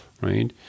right